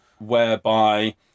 whereby